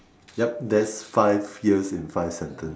yup that's five years in five sentence